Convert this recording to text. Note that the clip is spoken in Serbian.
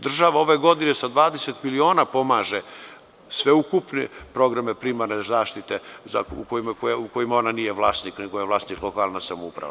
Država ove godine sa 20 miliona pomaže sveukupne programe primarne zaštite u kojima ona nije vlasnik, nego je vlasnik lokalna samouprava.